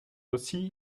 aussi